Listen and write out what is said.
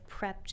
prepped